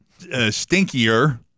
stinkier